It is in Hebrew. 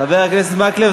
חבר הכנסת מקלב,